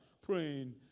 praying